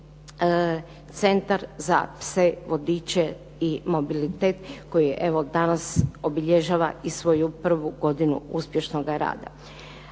je Centar za pse vodiče i mobilitet koji evo, danas obilježava i svoju prvu godinu uspješnoga rada.